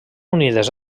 unides